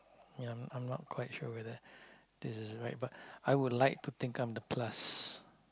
ya I'm I'm not quite sure whether this is right but I would like to think I'm the plus